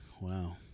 Wow